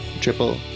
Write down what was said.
triple